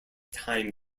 time